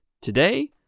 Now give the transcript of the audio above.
Today